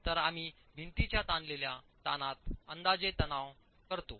तर आम्ही भिंतीच्या ताणलेल्या ताणात अंदाजे तणाव करतो